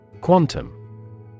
Quantum